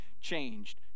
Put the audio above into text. changed